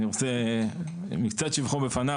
אני רוצה מקצת שבחו בפניו,